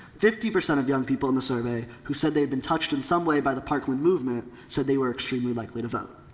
fifty percent of young people in the survey who said they had been touched in some way by the parkland movement said they were extremely likely to vote.